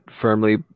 firmly